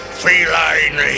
feline